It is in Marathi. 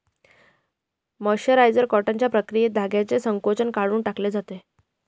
मर्सराइज्ड कॉटनच्या प्रक्रियेत धाग्याचे संकोचन काढून टाकले जाते